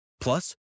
Plus